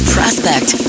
Prospect